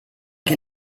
che